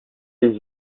les